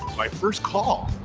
my first call!